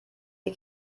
die